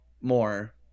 more